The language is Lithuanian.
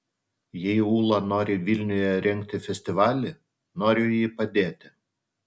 jei ūla nori vilniuje rengti festivalį noriu jai padėti